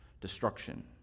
destruction